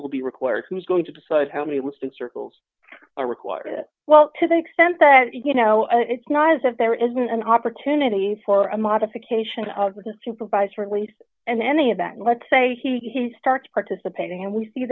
will be required who's going to decide how many listen circles are required it well to the extent that you know it's not as if there isn't an opportunity for a modification of a supervised release and any of that let's say he starts participating and we see